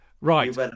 Right